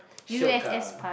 shiok ah